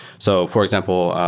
so for example,